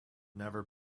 never